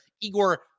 Igor